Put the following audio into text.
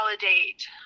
validate